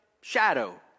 shadow